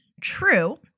True